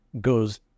goes